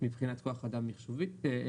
מבחינת כוח אדם ידנית,